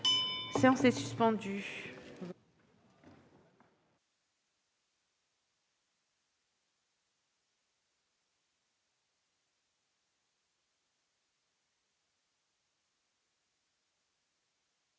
séance est suspendue.